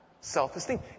Self-esteem